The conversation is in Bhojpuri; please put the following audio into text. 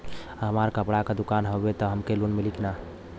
हमार कपड़ा क दुकान हउवे त हमके लोन मिली का?